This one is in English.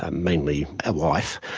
ah mainly a wife,